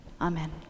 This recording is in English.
amen